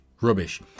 rubbish